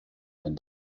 denn